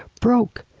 broke.